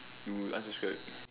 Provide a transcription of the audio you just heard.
oh you unsubscribe